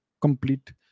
complete